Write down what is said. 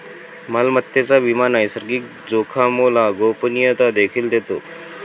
मालमत्तेचा विमा नैसर्गिक जोखामोला गोपनीयता देखील देतो